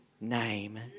name